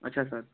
अच्छा सर